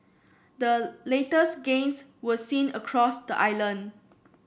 the latest gains were seen across the island